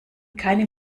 keine